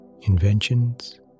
inventions